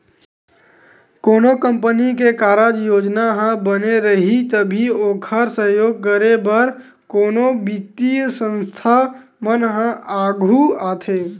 कोनो कंपनी के कारज योजना ह बने रइही तभी ओखर सहयोग करे बर कोनो बित्तीय संस्था मन ह आघू आथे